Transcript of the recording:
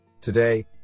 today